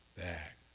back